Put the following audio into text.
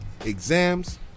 exams